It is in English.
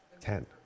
Ten